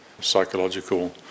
psychological